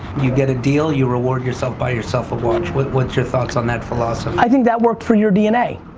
you get a deal you reward yourself buy yourself a lunch, what's your thoughts on that philosophy? i think that works for your dna,